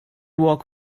walk